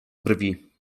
brwi